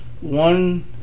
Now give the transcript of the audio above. one